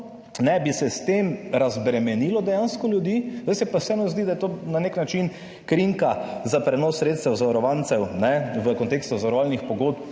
tem bi se razbremenilo dejansko ljudi, zdaj se pa vseeno zdi, da je to na nek način krinka za prenos sredstev zavarovancev v kontekstu zavarovalnih pogodb